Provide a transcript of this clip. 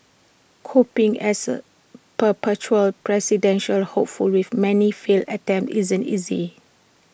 coping as A perpetual presidential hopeful with many failed attempts isn't easy